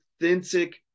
authentic